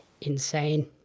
insane